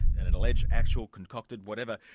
and an alleged, actual, concocted whatever,